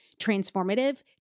transformative